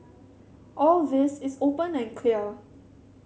all this is open and clear